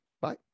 Bye